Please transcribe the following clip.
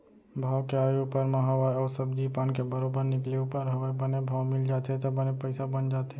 भाव के आय ऊपर म हवय अउ सब्जी पान के बरोबर निकले ऊपर हवय बने भाव मिल जाथे त बने पइसा बन जाथे